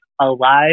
Alive